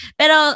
pero